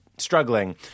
Struggling